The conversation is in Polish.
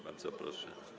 Bardzo proszę.